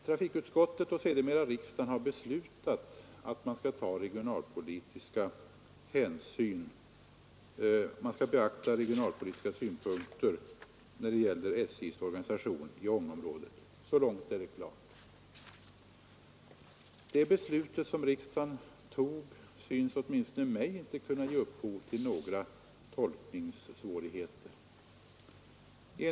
Trafikutskottet och sedermera riksdagen har beslutat att man skall beakta regionalpolitiska synpunkter när det gäller SJ:s organisation i Ångeområdet. Så långt är det klart. Det beslut som riksdagen tog synes åtminstone mig inte kunna ge upphov till några tolkningssvårigheter.